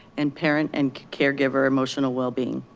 and parent and caregiver emotional well being.